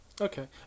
okay